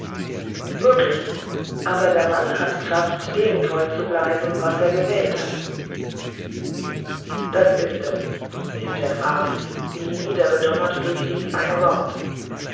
möglich aber der mann hat kraft dem treu zu bleiben was er gewählt hat das ist es rief der graf wie niedergedonnert durch dies eine wort